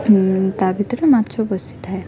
ତା ଭିତରେ ମାଛ ପଶିଥାଏ